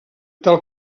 tal